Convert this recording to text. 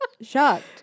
shocked